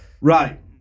right